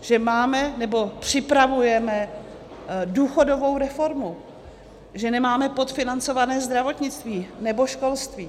Že máme, nebo připravujeme důchodovou reformu, že nemáme podfinancované zdravotnictví nebo školství.